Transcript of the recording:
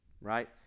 right